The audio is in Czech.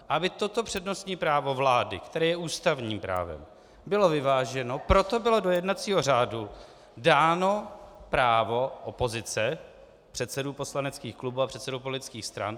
Aby toto přednostní právo vlády, které je ústavním právem, bylo vyváženo, proto bylo do jednacího řádu dáno právo opozice, předsedů poslaneckých klubů a předsedů politických stran.